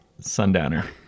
sundowner